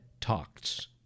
Talks